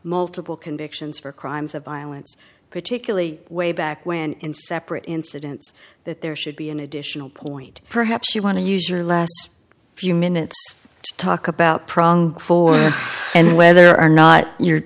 multiple convictions for crimes of violence particularly way back when and separate incidents that there should be an additional point perhaps you want to use your last few minutes to talk about prong four and whether or not your